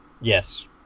Yes